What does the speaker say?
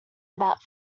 about